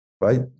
right